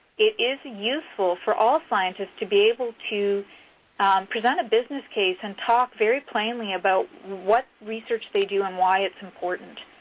it is useful for all scientists to be able to present a business case and talk very plainly about what research they do and why it's important.